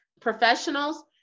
professionals